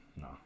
no